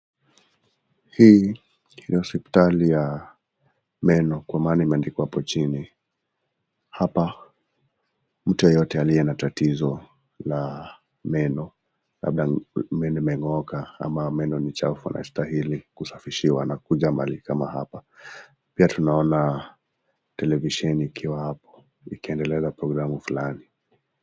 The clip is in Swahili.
Hili ni hospitali ya meno kwaa maana imeandikwa apo chini hapa mtu yeyote aliye na tatizo la meno labda meno imengo'oka ama ni chafu anastahili kusafishiwa na kuja mahali kama hapa pia tuona televeshine ikiwa ikiendelea na programu fulani.